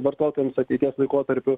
vartotojams ateities laikotarpiu